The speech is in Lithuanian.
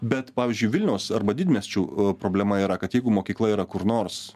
bet pavyzdžiui vilniaus arba didmiesčių problema yra kad jeigu mokykla yra kur nors